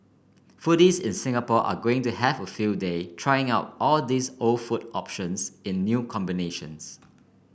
foodies in Singapore are going to have a field day trying out all these old food options in new combinations